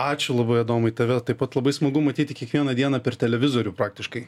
ačiū labai adomai tave taip pat labai smagu matyti kiekvieną dieną per televizorių praktiškai